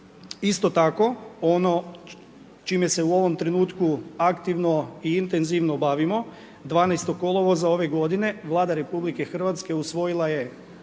Isto tako ono čime se u ovom trenutku aktivno i intenzivno bavimo 12. kolovoza ove godine Vlada RH usvojila je